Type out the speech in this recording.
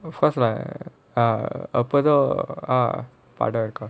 of course lah err a further ah படம் இருக்கும்:padam irukum